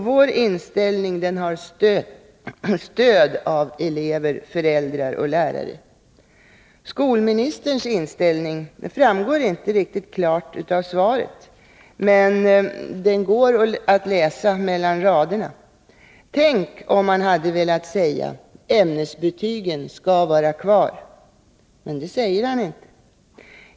Vår inställning har stöd av elever, föräldrar och lärare. Skolministerns inställning framgår inte riktigt klart av svaret, men den går att utläsa mellan raderna. Tänk om han hade velat säga: Ämnesbetygen skall vara kvar! Men det säger han inte.